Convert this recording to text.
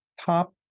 top